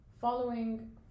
following